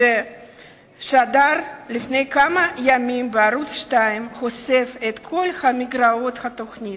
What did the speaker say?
ששודר לפני כמה ימים בערוץ-2 חושף את כל מגרעות התוכנית: